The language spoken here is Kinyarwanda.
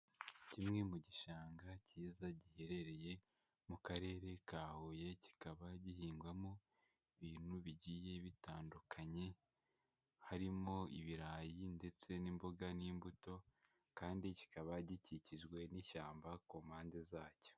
Kimwe mu gishanga cyiza giherereye mu Karere ka Huye, kikaba gihingwamo ibintu bigiye bitandukanye, harimo ibirayi ndetse n'imboga n'imbuto kandi kikaba gikikijwe n'ishyamba ku mpande zacyo.